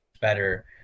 better